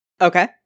Okay